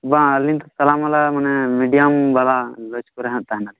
ᱵᱟᱝ ᱟᱹᱞᱤᱧ ᱫᱚ ᱛᱟᱞᱟ ᱢᱟᱱᱮ ᱢᱤᱰᱤᱭᱟᱢ ᱵᱟᱞᱟ ᱞᱚᱡᱽ ᱠᱚᱨᱮ ᱦᱟᱜ ᱛᱟᱦᱮᱱᱟ